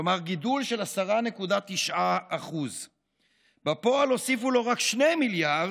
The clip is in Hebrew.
כלומר גידול של 10.9%. בפועל הוסיפו לו רק 2 מיליארד,